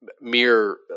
mere